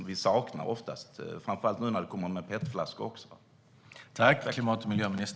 Det saknar vi ofta, framför allt nu när PET-flaskorna kommer med också.